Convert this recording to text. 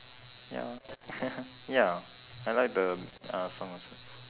ya ya I like the m~ uh song also